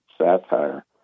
satire